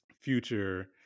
Future